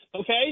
okay